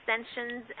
extensions